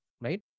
right